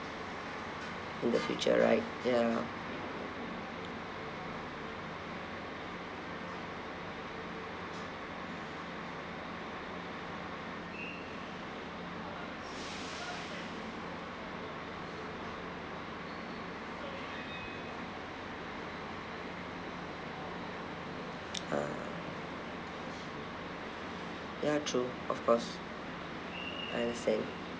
in the future right ya ah ya true of course I understand